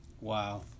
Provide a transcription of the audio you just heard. wow